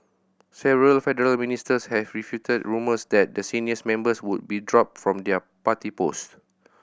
several federal ministers have refuted rumours that the senior members would be dropped from their party posts